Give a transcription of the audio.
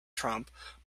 trump